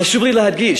חשוב לי להדגיש: